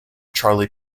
charlie